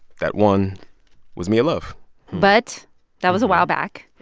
that one was mia love but that was a while back.